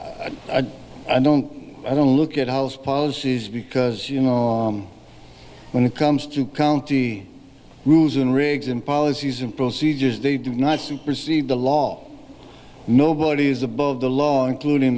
just i don't i don't look at house policies because you know when it comes to county rules and regs and policies and procedures they do not supersede the law nobody is above the law including